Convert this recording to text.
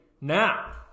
Now